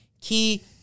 key